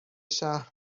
شهر